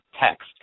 text